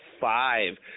Five